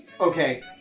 Okay